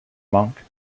monk